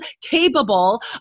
capable